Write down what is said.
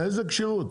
איזה כשירות?